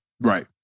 Right